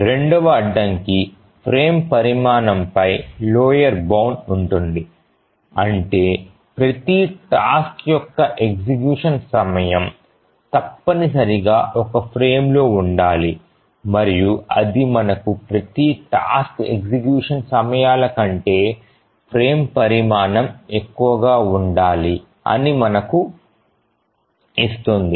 రెండవ అడ్డంకి ఫ్రేమ్ పరిమాణం పై లోయర్ బౌండ్ ఉంటుంది అంటే ప్రతి టాస్క్ యొక్క ఎగ్జిక్యూషన్ సమయం తప్పనిసరిగా ఒక ఫ్రేమ్లో ఉండాలి మరియు అది మనకు ప్రతి టాస్క్ ఎగ్జిక్యూషన్ సమయాల కంటే ఫ్రేమ్ పరిమాణం ఎక్కువగా ఉండాలి అని మనకు ఇస్తుంది